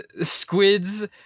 Squids